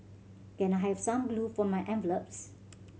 can I have some glue for my envelopes